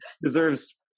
deserves